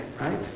Right